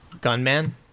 Gunman